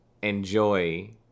Enjoy